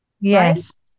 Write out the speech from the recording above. Yes